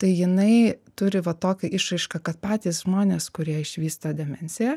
tai jinai turi va tokią išraišką kad patys žmonės kurie išvysto demenciją